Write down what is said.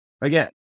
Again